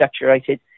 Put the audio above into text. saturated